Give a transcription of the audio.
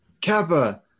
kappa